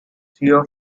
three